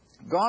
God